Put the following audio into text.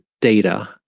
data